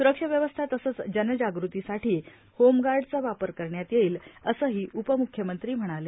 स्रक्षा व्यवस्था तसंच जनजागृतीसाठी होमगार्डचा वापर करण्यात येईल असही उपम्ख्यमंत्री म्हणाले